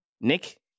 Nick